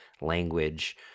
language